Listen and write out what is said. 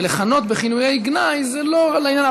ולכנות בכינויי גנאי זה לא לעניין.